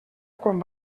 quan